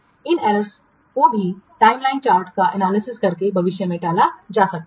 इन Errorsत्रुटियों को भी समयरेखा चार्ट का विश्लेषण करके भविष्य में टाला जा सकता है